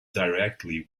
directly